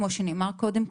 כמו שנאמר קודם,